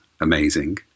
amazing